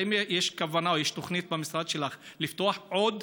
האם יש כוונה, יש תוכנית במשרד שלך, לפתוח עוד,